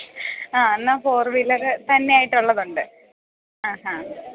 ആ എന്നാൽ four wheeler തന്നതായിട്ടുള്ളതുണ്ട് അഹാ